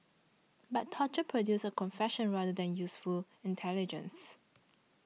but torture produces a confession rather than useful intelligence